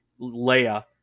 Leia